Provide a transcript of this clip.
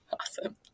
Awesome